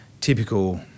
typical